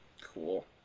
cool